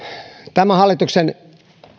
tämä hallituksen